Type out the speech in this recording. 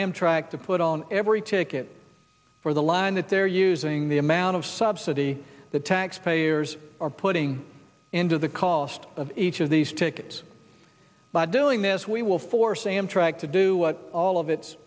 amtrak to put on every ticket for the line that they're using the amount of subsidy that taxpayers are putting into the cost of each of these tickets by doing this we will force amtrak to do what all of it